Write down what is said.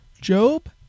Job